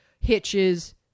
hitches